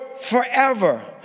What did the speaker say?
forever